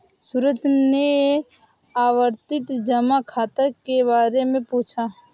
सूरज ने आवर्ती जमा खाता के बारे में पूछा